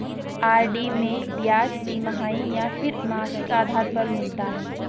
RD में ब्याज तिमाही या फिर मासिक आधार पर मिलता है?